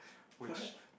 which